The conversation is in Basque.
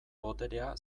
boterea